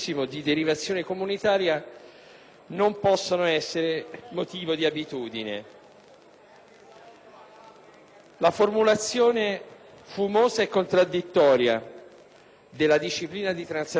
La formulazione fumosa e contraddittoria della disciplina di transazione globale in materia di danno ambientale basterebbe da sé a motivare il voto contrario.